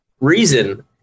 reason